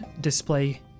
display